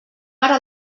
ara